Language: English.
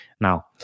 Now